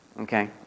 Okay